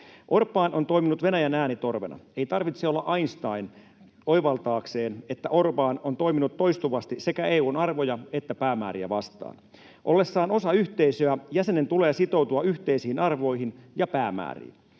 Orbán on toiminut Venäjän äänitorvena. Ei tarvitse olla Einstein oivaltaakseen, että Orbán on toiminut toistuvasti sekä EU:n arvoja että päämääriä vastaan. Ollessaan osa yhteisöä jäsenen tulee sitoutua yhteisiin arvoihin ja päämääriin.